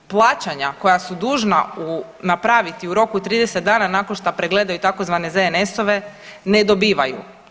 Plaćanja koja su dužna napraviti u roku od 30 dana nakon što pregledaju tzv. ZNS-ove ne dobivaju.